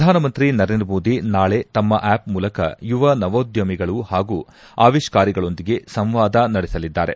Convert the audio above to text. ಪ್ರಧಾನಮಂತ್ರಿ ನರೇಂದ್ರ ಮೋದಿ ನಾಳೆ ತಮ್ನ ಆಪ್ ಮೂಲಕ ಯುವ ನವೋದ್ಯಮಿಗಳು ಹಾಗೂ ಆವಿಷ್ಕಾರಿಗಳೊಂದಿಗೆ ಸಂವಾದ ನಡೆಸಲಿದ್ದಾರೆ